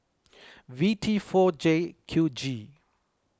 V T four J Q G